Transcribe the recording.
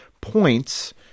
points